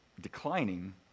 declining